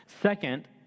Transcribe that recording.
Second